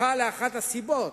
הפכו לאחת הסיבות